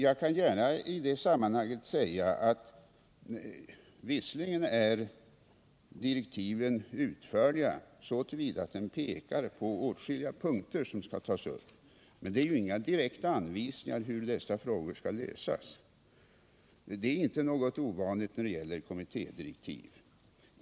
Jag kan gärna i det sammanhanget säga att direktiven visserligen är utförliga så till vida att de pekar på åtskilliga punkter som skall tas upp, men det finns inga direkta anvisningar om hur dessa frågor skall lösas. Detta är inte någonting ovanligt när det gäller kommittédirektiv.